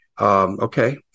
Okay